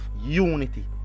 unity